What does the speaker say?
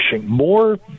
more